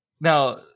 Now